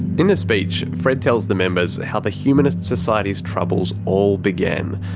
in the speech, fred tells the members how the humanist society's troubles all began.